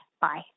Bye